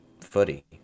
footy